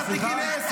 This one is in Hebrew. אתה תרד.